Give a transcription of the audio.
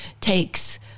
takes